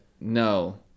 no